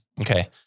Okay